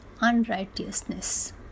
unrighteousness